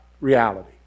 reality